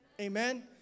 Amen